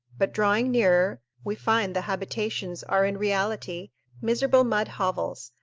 but, drawing nearer, we find the habitations are in reality miserable mud hovels,